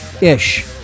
Ish